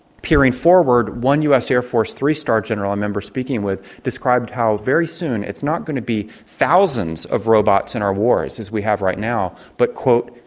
peering forward, one us air force three-star general i remember speaking with described how very soon it's not going to be thousands of robots in our wars, as we have right now, but, quote,